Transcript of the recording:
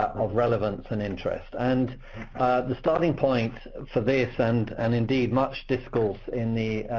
of relevance and interest? and the starting point for this and and indeed much discourse in the